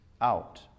out